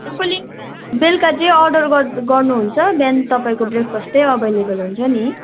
तपाईँले बेलुका जे अर्डर गर् गर्नुहुन्छ बिहान तपाईँको ब्रेकफास्ट त्यही अभएलेबल हुन्छ नि